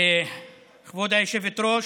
כבוד היושבת-ראש,